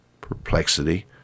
perplexity